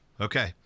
Okay